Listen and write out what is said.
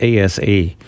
ASA